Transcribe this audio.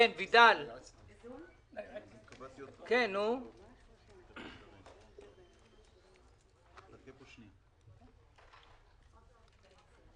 ואז התווסף המדד הפריפריאלי וצורפו כ-100 יישובים חדשים,